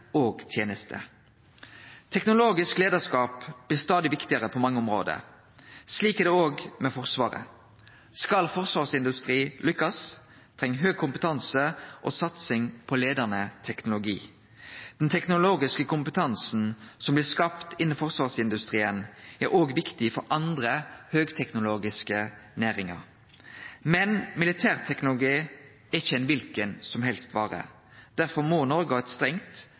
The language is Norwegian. og tenester. Teknologisk leiarskap blir stadig viktigare på mange område. Slik er det òg med Forsvaret. Skal forsvarsindustri lykkast, treng ein høg kompetanse og satsing på leiande teknologi. Den teknologiske kompetansen som blir skapt innan forsvarsindustrien, er òg viktig for andre høgteknologiske næringar. Men militærteknologi er ikkje kva vare som helst. Derfor må Noreg ha eit strengt